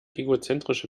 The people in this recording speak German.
egozentrische